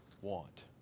want